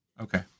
Okay